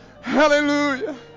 Hallelujah